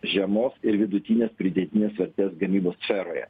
žemos ir vidutinės pridėtinės vertės gamybos sferoje